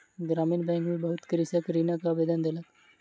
ग्रामीण बैंक में बहुत कृषक ऋणक आवेदन देलक